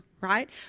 right